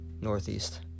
northeast